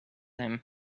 him